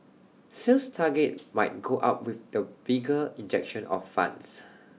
sales targets might go up with the bigger injection of funds